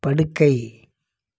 படுக்கை